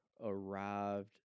arrived